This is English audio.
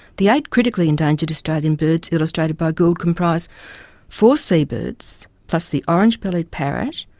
the eight critically endangered australian birds illustrated by gould comprise four seabirds plus the orange-bellied parrot,